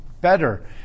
better